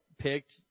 picked